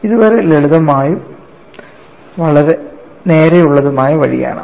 ഇതു ലളിതമായതും നേരെ ഉള്ളതുമായ വഴിയാണ്